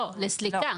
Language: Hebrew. לא, לסליקה.